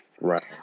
Right